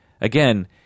Again